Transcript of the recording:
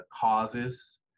causes